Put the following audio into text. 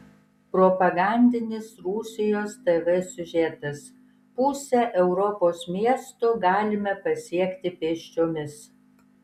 propagandinis rusijos tv siužetas pusę europos miestų galime pasiekti pėsčiomis